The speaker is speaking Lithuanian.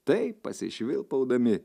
taip pasišvilpaudami